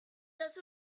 los